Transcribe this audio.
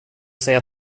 säga